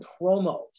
promos